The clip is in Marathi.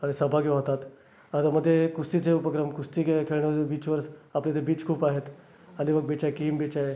आणि सहभागी होतात आणि मंं ते कुस्तीचे उपक्रम कुस्ती खेळ खेळण्याचं बीचवर आपल्या इथे बीच खूप आहेत अलिबाग बीच आहे किहिम बीच आहे